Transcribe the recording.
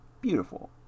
beautiful